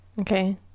Okay